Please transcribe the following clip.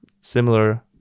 similar